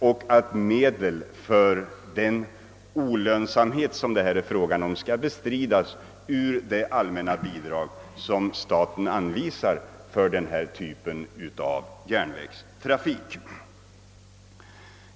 Om sådan framställning beviljas skall medel för den olönsamma stationen ställas till förfogande ur det bidrag som staten anvisar för olönsam järnvägstrafik.